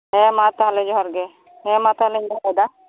ᱦᱮᱸ ᱢᱟ ᱛᱟᱦᱚᱞᱮ ᱡᱚᱦᱟᱨ ᱜᱮ ᱦᱮᱸ ᱢᱟ ᱛᱟᱦᱚᱞᱮᱧ ᱫᱚᱦᱚᱭᱫᱟ